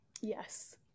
yes